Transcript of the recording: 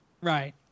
Right